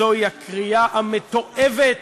זוהי הקריאה המתועבת,